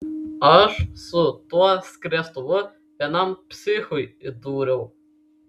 aš su tuo skriestuvu vienam psichui įdūriau